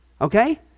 okay